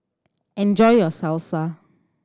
enjoy your Salsa